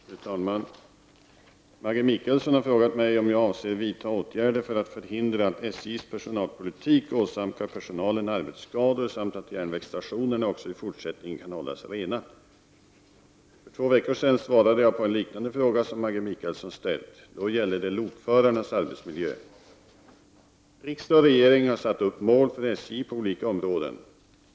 Fru talman! Maggi Mikaelsson har frågat mig om jag avser vidta åtgärder för att förhindra att SJs personalpolitik åsamkar personalen arbetsskador samt att järnvägsstationerna också i fortsättningen kan hållas rena. För två veckor sedan svarade jag på en liknande fråga som Maggi Mikaelsson ställt. Då gällde det lokförarnas arbetsmiljö. Riksdag och regering har satt upp mål för SJ på olika områden.